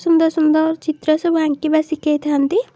ସୁନ୍ଦର ସୁନ୍ଦର ଚିତ୍ର ସବୁ ଆଙ୍କିବା ଶିଖେଇଥାନ୍ତି